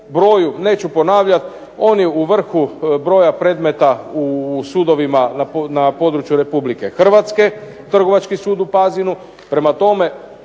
neću ponavljati, on je u vrhu broja predmeta u sudovima na području Republike Hrvatske Trgovački sud u Pazinu,